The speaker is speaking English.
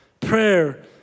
Prayer